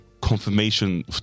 confirmation